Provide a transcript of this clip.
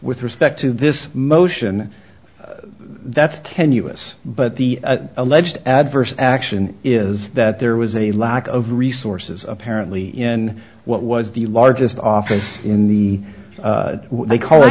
with respect to this motion that's tenuous but the alleged adverse action is that there was a lack of resources apparently in what was the largest office in the they call